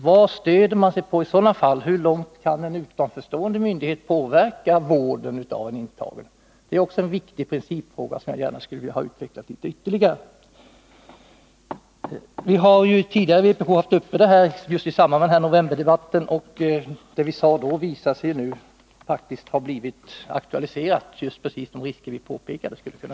Vad stöder man sig på i sådana fall? Hur långt kan en utanförstående myndighet påverka vården av en intagen? Det är också en viktig principfråga, som jag gärna skulle vilja få utvecklad litet ytterligare. De risker som vi från vpk:s sida varnade för i novemberdebatten visar sig nu ha blivit aktuella.